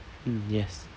mm yes